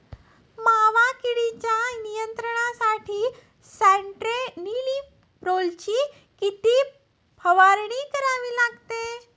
मावा किडीच्या नियंत्रणासाठी स्यान्ट्रेनिलीप्रोलची किती फवारणी करावी लागेल?